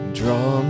draw